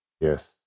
Yes